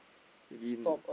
maybe